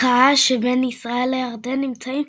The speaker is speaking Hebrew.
והבקעה שבין ישראל לירדן נמצאים